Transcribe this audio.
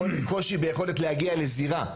קושי ביכולת להגיע לזירה,